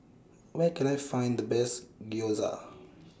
Where Can I Find The Best Gyoza